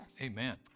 amen